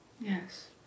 Yes